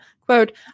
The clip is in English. quote